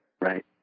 right